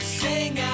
sing